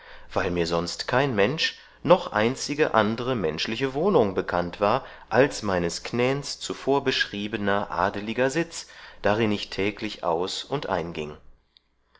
weil mir sonst kein mensch noch einzige andre menschliche wohnung bekannt war als meines knäns zuvor beschriebner adeliger sitz darin ich täglich aus und ein gieng